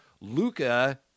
Luca